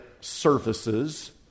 surfaces